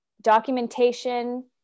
documentation